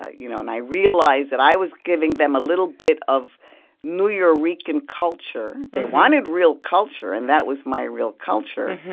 you know and i realized that i was giving them a little bit of nuyorican culture. they wanted real culture, and that was my real culture.